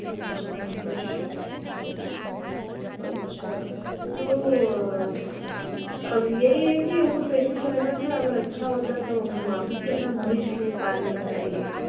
अच्छा फिश अच्छा तो अब यही है कि हमको फैशियल कराना था अगर अच्छा होता तो हम आप ही के यहाँ भविष्य में बाद में कराएँगे